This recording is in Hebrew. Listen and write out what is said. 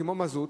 כמו מזוט,